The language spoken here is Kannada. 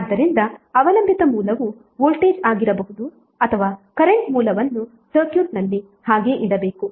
ಆದ್ದರಿಂದ ಅವಲಂಬಿತ ಮೂಲವು ವೋಲ್ಟೇಜ್ ಆಗಿರಬಹುದು ಅಥವಾ ಕರೆಂಟ್ ಮೂಲವನ್ನು ಸರ್ಕ್ಯೂಟ್ನಲ್ಲಿ ಹಾಗೇ ಇಡಬೇಕು